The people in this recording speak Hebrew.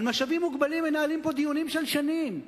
על משאבים מוגבלים מנהלים פה דיונים של שנים,